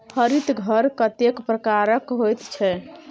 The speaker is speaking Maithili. हरित घर कतेक प्रकारक होइत छै?